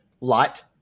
light